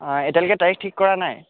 এতিয়ালৈকে তাৰিখ ঠিক কৰা নাই